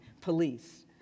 police